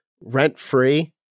rent-free